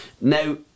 Now